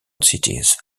cities